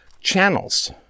channels